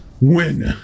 win